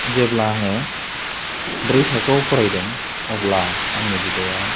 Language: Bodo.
जेब्ला आङो ब्रै थाखोआव फरायदों अब्ला आंनि बिदाया